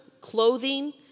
clothing